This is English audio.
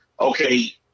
Okay